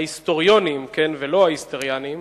ההיסטוריונים ולא ההיסטריינים: